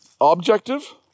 objective